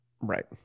Right